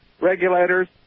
regulators